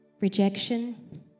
rejection